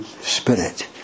Spirit